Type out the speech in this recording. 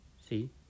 See